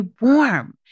warm